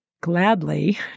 gladly